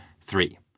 three